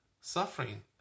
Suffering